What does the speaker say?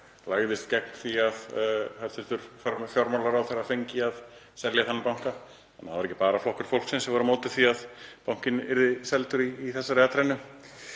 lagðist gegn því að hæstv. fjármálaráðherra fengi að selja þennan banka, það var því ekki bara Flokkur fólksins sem var á móti því að bankinn yrði seldur í þessari atrennu